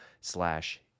slash